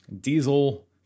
Diesel